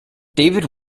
david